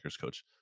coach